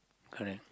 correct